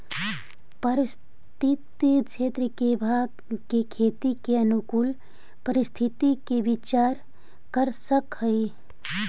पर्वतीय क्षेत्र में भाँग के खेती के अनुकूल परिस्थिति के विचार कर सकऽ हई